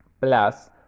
plus